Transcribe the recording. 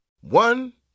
One